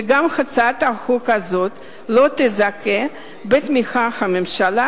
שגם הצעת החוק הזאת לא תזכה בתמיכת הממשלה